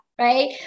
Right